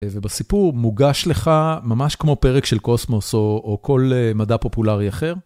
ובסיפור מוגש לך ממש כמו פרק של קוסמוס או כל מדע פופולרי אחר.